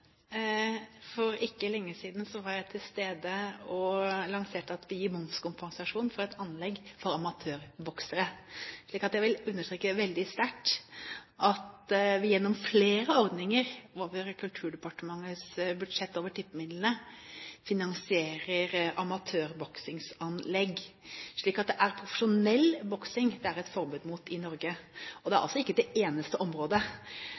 For ikke lenge siden var jeg til stede og lanserte at vi gir momskompensasjon for et anlegg for amatørboksere, slik at jeg vil understreke veldig sterkt at vi gjennom flere ordninger over Kulturdepartementets budsjett, over tippemidlene, finansierer amatørboksingsanlegg. Det er profesjonell boksing det er et forbud mot i Norge, og det er ikke det eneste området.